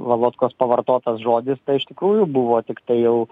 valotkos pavartotas žodis iš tikrųjų buvo tiktai jau